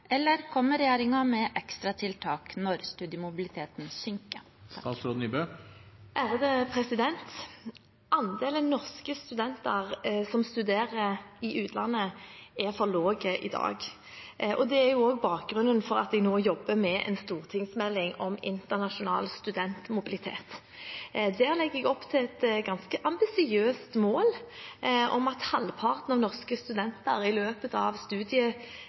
eller kommer regjeringen med ekstratiltak når studiemobiliteten synker?» Andelen norske studenter som studerer i utlandet, er for lav i dag. Det er også bakgrunnen for at jeg nå jobber med en stortingsmelding om internasjonal studentmobilitet. Der legger jeg opp til et ganske ambisiøst mål om at halvparten av norske studenter i løpet av